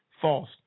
false